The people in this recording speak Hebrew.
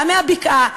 גם מהבקעה,